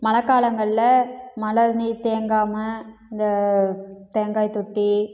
மழைக்காலங்கள்ல மழை நீர் தேங்காமல் இந்த தேங்காய் தொட்டி